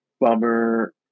bummer